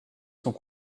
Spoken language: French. sont